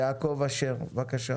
יעקב אשר, בבקשה.